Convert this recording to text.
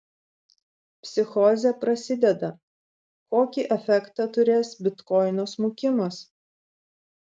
psichozė prasideda kokį efektą turės bitkoino smukimas